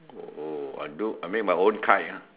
oh I do I make my own kite ah